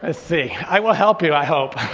ah see, i will help you i hope.